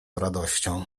radością